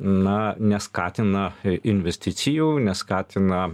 na neskatina investicijų neskatina